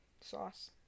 Sauce